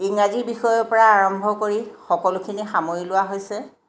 ইংৰাজী বিষয়ৰ পৰা আৰম্ভ কৰি সকলোখিনি সামৰি লোৱা হৈছে